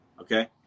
okay